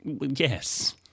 Yes